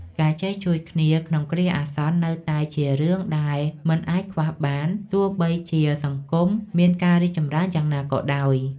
ការចេះជួយគ្នាក្នុងគ្រាអាសន្ននៅតែជារឿងដែលមិនអាចខ្វះបានទោះបីជាសង្គមមានការរីកចម្រើនយ៉ាងណាក៏ដោយ។